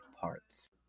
parts